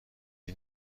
آیا